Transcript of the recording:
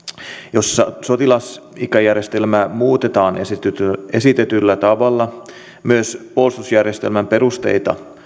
jos sotilaseläkejärjestelmää muutetaan esitetyllä esitetyllä tavalla myös puolustusjärjestelmän perusteita